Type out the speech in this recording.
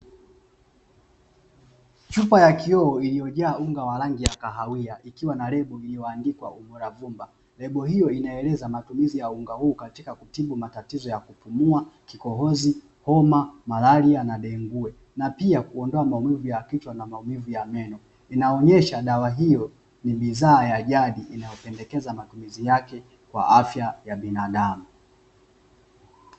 Chupa ya kioo iliyojaa unga wa rangi ya kahawia , ikiwa na rebo iliyoandikwa ubora uvumba lebo hiyo inaeleza matumizi ya unga huo katika kutibu matatizo ya kupumua ,kikohozi , homa mlaria na dengue na pia kuondoa maumiviu ya kichwa ,na maumivu ya meno. inaonyesha dawa hoyi ni bidhaa ya jadi inayopendekeza matumizi yake kwa afya ya binadamu.